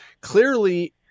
clearly